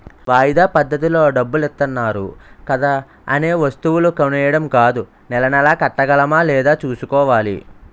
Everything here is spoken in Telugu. వాయిదా పద్దతిలో డబ్బులిత్తన్నారు కదా అనే వస్తువులు కొనీడం కాదూ నెలా నెలా కట్టగలమా లేదా సూసుకోవాలి